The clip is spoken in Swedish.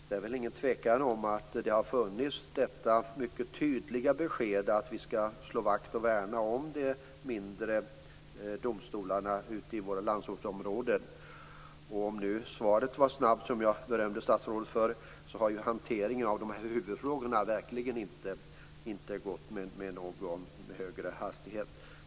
Det är väl ingen tvekan om att det har funnits ett mycket tydligt besked att vi skall slå vakt och värna om de mindre domstolarna i våra landsortsområden. Om nu svaret på interpellationen var snabbt, som jag berömde statsrådet för, har hanteringen av huvudfrågorna verkligen inte gått med någon högre hastighet.